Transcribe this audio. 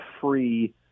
free